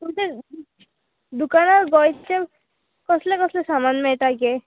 तुमचे दुकानार गोंयचे कसले कसले सामान मेळटा गे